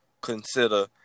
consider